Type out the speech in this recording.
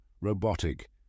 robotic